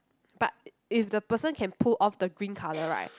but if the person can pull of the green colour right